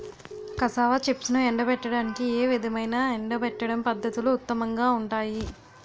Cassava చిప్స్ను ఎండబెట్టడానికి ఏ విధమైన ఎండబెట్టడం పద్ధతులు ఉత్తమంగా ఉంటాయి?